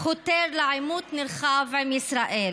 חותר לעימות נרחב עם ישראל",